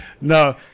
no